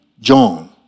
John